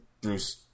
Bruce